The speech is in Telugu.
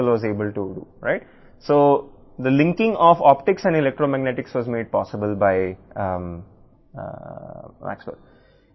కాబట్టి ఆప్టిక్స్ మరియు ఎలక్ట్రోమాగ్నెటిక్ అనుసంధానం మాక్స్వెల్ ద్వారా సాధ్యమైంది